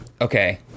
Okay